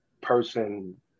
person